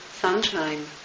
sunshine